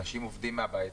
אנשים עובדים מהבית,